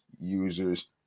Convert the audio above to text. users